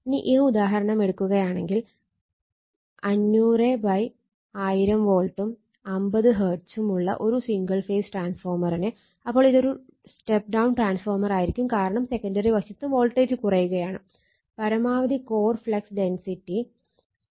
ഇനി ഈ ഉദാഹരണം എടുക്കുകയാണെങ്കിൽ 500 1000 വോൾട്ടും 50 ഹെർട്ട്സും ഉള്ള ഒരു സിംഗിൾ ഫേസ് ട്രാൻസ്ഫോർമറിന് അപ്പോൾ ഇതൊരു സ്റ്റെപ്പ് ഡൌൺ ട്രാൻസ്ഫോർമറായിരിക്കും കാരണം സെക്കണ്ടറി വശത്ത് വോൾട്ടേജ് കുറയുകയാണ് പരമാവധി കോർ ഫ്ളക്സ് ഡെൻസിറ്റി 1